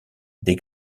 des